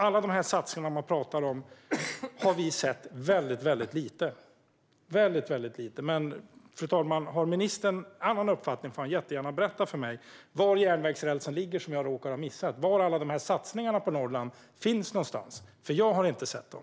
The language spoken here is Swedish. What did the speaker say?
Alla dessa satsningar man talar om har vi sett väldigt lite av - väldigt lite. Men har ministern en annan uppfattning får han jättegärna berätta för mig var järnvägsrälsen ligger som jag har råkat missa och var alla dessa satsningar på Norrland finns någonstans, för jag har inte sett dem.